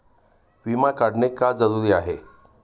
विमा काढणे का जरुरी आहे?